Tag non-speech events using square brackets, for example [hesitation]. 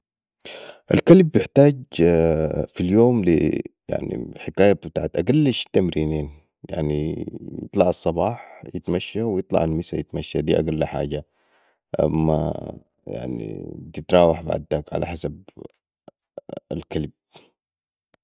الكلب بحتاج في اليوم لي حكايه بتاعت اقل شي تمرنين يعني يطلع الصباح يتمشي ويطلع المساء يتمشي دي اقل حاجه [hesitation] وبتتراوح بعداك علي حسب الكلب